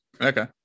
Okay